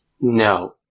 No